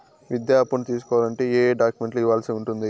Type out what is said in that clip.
విద్యా అప్పును తీసుకోవాలంటే ఏ ఏ డాక్యుమెంట్లు ఇవ్వాల్సి ఉంటుంది